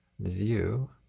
view